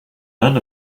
none